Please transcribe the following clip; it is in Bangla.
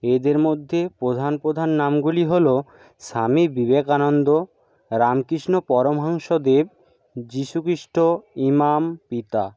এদের মধ্যে প্রধান প্রধান নামগুলি হল স্বামী বিবেকানন্দ রামকৃষ্ণ পরমহংসদেব যিশু খৃষ্ট ইমাম পিতা